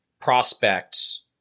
prospects